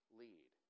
lead